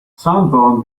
sanborn